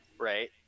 right